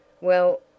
Well